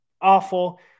Awful